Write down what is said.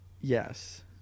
Yes